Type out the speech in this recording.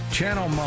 Channel